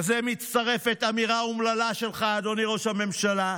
לזה מצטרפת אמירה אומללה שלך, אדוני ראש הממשלה,